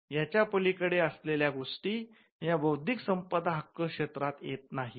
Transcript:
याच्या पलीकडे असलेल्या गोष्टी या बौद्धिक संपदा हक्क क्षेत्रात येत नाहीत